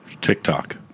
TikTok